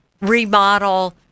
remodel